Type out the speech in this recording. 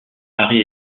harry